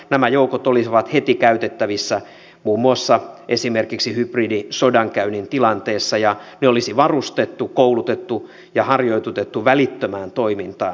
nämä joukot olisivat heti käytettävissä muun muassa esimerkiksi hybridisodankäynnin tilanteessa ja ne olisi varustettu koulutettu ja harjoitutettu välittömään toimintaan